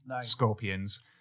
Scorpions